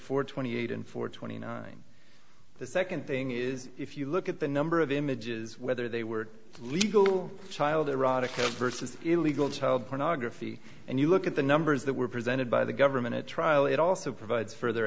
for twenty eight and for twenty nine the second thing is if you look at the number of images whether they were legal child erotica versus illegal child pornography and you look at the numbers that were presented by the government at trial it also provides further